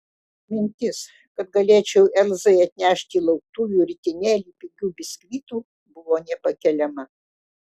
mintis kad galėčiau elzai atnešti lauktuvių ritinėlį pigių biskvitų buvo nepakeliama